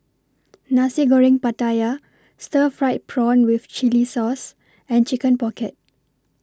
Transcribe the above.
Nasi Goreng Pattaya Stir Fried Prawn with Chili Sauce and Chicken Pocket